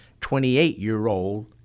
28-year-old